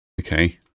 Okay